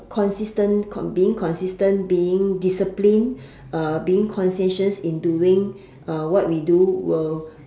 consistent con~ being consistent being disciplined uh being conscientious in doing uh what we do will